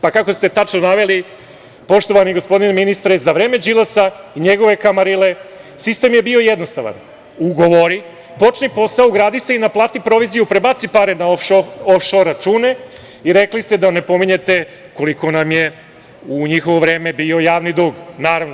Pa kako ste tačno naveli, poštovani gospodine ministre - za vreme Đilasa i njegove kamarile, sistem je bio jednostavan, ugovori, počni posao, ugradi se i naplati proviziju, prebaci pare na of-šor račune i rekli ste da ne pominjete koliko nam je u njihovo vreme bio javni dug, naravno.